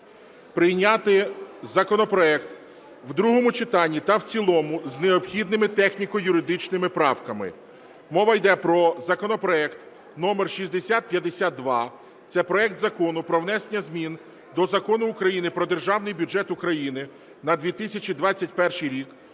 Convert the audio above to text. прийняти законопроект в другому читанні та в цілому з необхідними техніко-юридичними правками. Мова йде про законопроект номер 6052, це проект Закону про внесення змін до Закону України "Про Державний бюджет України на 2021 рік"